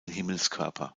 himmelskörper